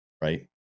Right